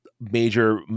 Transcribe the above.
major